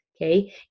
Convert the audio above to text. Okay